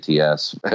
ATS